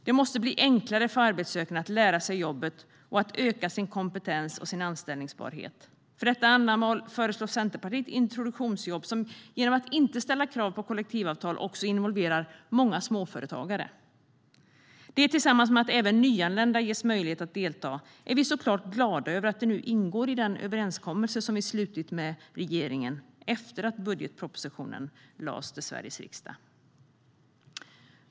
Det måste bli enklare för den arbetssökande att lära sig jobbet och öka sin kompetens och anställningsbarhet. För detta ändamål föreslår Centerpartiet introduktionsjobb som genom att inte ställa krav på kollektivavtal också involverar många småföretagare. Tillsammans med att även nyanlända ges möjlighet att delta är vi såklart glada att detta ingår i den överenskommelse vi har slutit med regeringen efter att budgetpropositionen lades fram i Sveriges riksdag.